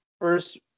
first